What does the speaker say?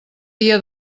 dia